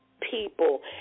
people